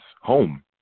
home